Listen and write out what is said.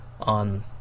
on